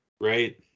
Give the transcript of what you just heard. Right